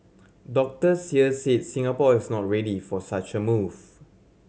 doctors here said Singapore is not ready for such a move